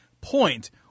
point